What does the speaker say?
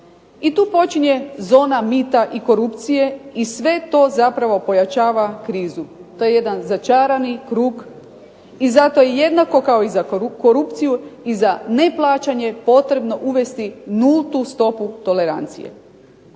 i tu počinje zona mita i korupcije i sve to zapravo pojačava krizu. To je jedan začarani krug i zato je jednako kao i za korupciju i za neplaćanje potrebno uvesti nultu stopu tolerancije